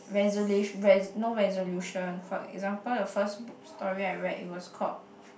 resela~ no resolution for example your first book story I read it was called